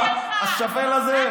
השפל הזה?